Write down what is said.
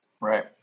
Right